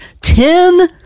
ten